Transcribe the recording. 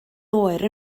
oer